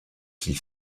qu’il